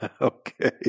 okay